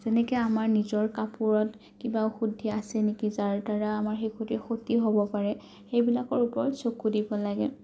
যেনেকৈ আমাৰ নিজৰ কাপোৰত কিবা অশুদ্ধি আছে নেকি যাৰ দ্বাৰা আমাৰ শিশুটিৰ ক্ষতি হ'ব পাৰে সেইবিলাকৰ ওপৰত চকু দিব লাগে